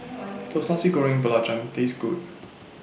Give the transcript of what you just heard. Does Nasi Goreng Belacan Taste Good